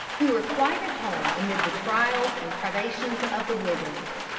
who were quite at home amid the trials and privations of the wilderness.